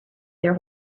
their